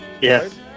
Yes